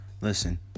Listen